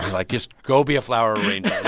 like, just go be a flower arranger.